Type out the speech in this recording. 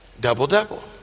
Double-double